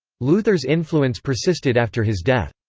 luther's influence persisted after his death.